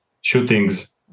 shootings